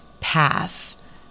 path